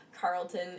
Carlton